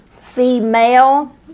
Female